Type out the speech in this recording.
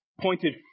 pointed